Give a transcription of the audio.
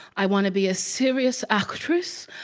i want to be a serious actress.